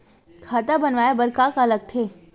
खाता बनवाय बर का का लगथे?